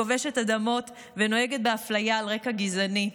כובשת אדמות ונוהגת באפליה על רקע גזעני.